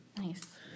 Nice